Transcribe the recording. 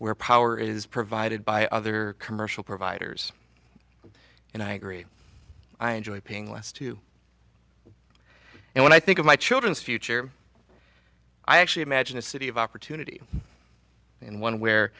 where power is provided by other commercial providers and i agree i enjoy paying less to and when i think of my children's future i actually imagine a city of opportunity in one